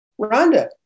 Rhonda